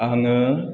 आङो